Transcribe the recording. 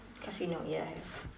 casino ya I have